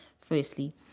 firstly